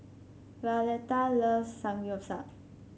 Violetta loves Samgyeopsal